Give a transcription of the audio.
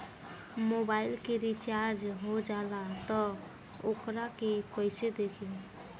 Mobile में recharge हो जाला त वोकरा के कइसे देखी?